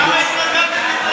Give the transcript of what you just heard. אבל למה התנגדתם לפני חצי שנה?